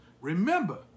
Remember